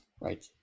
right